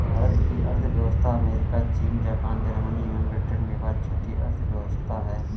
भारत की अर्थव्यवस्था अमेरिका, चीन, जापान, जर्मनी एवं ब्रिटेन के बाद छठी अर्थव्यवस्था है